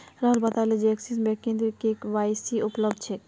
राहुल बताले जे एक्सिस बैंकत वीडियो के.वाई.सी उपलब्ध छेक